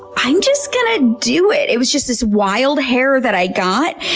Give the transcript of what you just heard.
i'm just gonna do it. it was just this wild hair that i got,